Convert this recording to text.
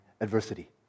adversity